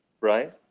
right